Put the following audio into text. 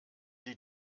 die